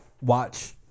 Watch